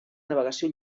navegació